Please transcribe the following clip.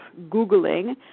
Googling